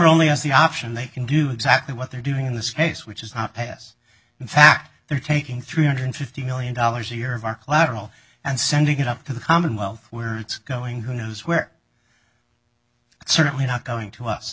only has the option they can do exactly what they're doing in this case which is not pass in fact they're taking three hundred fifty million dollars a year of our collateral and sending it up to the commonwealth where it's going who knows where it's certainly not going to us